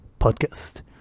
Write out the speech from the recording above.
podcast